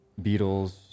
Beatles